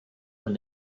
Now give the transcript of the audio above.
when